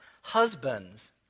Husbands